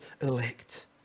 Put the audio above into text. elect